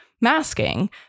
masking